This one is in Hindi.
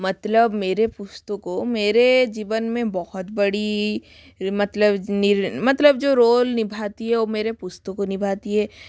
मतलब मेरे पुस्तकों मेरे जीवन में बहुत बड़ी मतलब मतलब जो रोल निभाती है ओ मेरे पुस्तक निभाती हैं